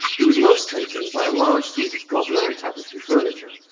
he was most taken by a large suite of gobelin and tapestry furniture.